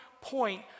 point